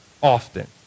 Often